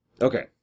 Okay